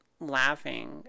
laughing